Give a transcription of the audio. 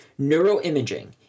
Neuroimaging